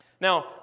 Now